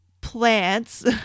plants